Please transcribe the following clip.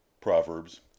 Proverbs